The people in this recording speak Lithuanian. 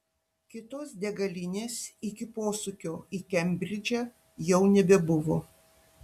kitos degalinės iki posūkio į kembridžą jau nebebuvo